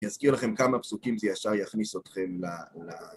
יזכיר לכם כמה פסוקים זה ישר יכניס אותכם ל..